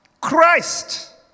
Christ